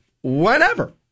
whenever